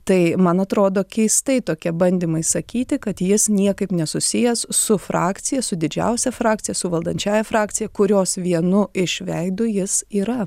tai man atrodo keistai tokie bandymai sakyti kad jis niekaip nesusijęs su frakcija su didžiausia frakcija su valdančiąja frakcija kurios vienu iš veidu jis yra